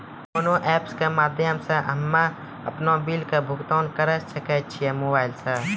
कोना ऐप्स के माध्यम से हम्मे अपन बिल के भुगतान करऽ सके छी मोबाइल से?